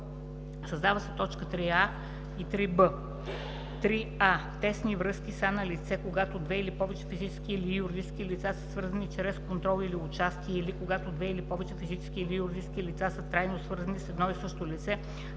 Създават се точки 3а и 3б: „3а. „Тесни връзки“ са налице когато две или повече физически или юридически лица са свързани чрез контрол или участие, или когато две или повече физически или юридически лица са трайно свързани с едно и също лице